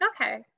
Okay